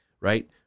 right